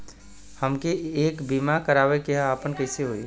हमके एक बीमा करावे के ह आपन कईसे होई?